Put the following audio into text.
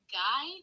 guy